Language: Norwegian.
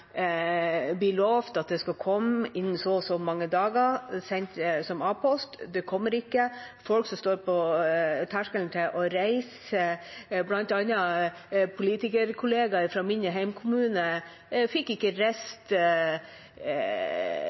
at det skal komme innen så og så mange dager, sendt som A-post, men det kommer ikke, og det rammer folk som står på terskelen til å reise. Blant annet en politikerkollega fra min hjemkommune fikk ikke